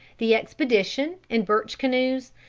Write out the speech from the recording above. the expedition, in birch canoes,